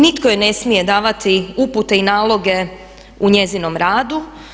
Nitko joj ne smije davati upute i naloge u njezinom radu.